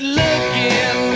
looking